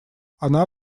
она